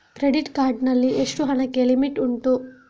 Credit card ನಲ್ಲಿ ಎಷ್ಟು ಹಣಕ್ಕೆ ಲಿಮಿಟ್ ಉಂಟು?